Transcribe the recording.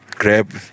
grab